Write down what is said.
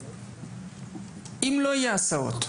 אם לא יהיו הסעות,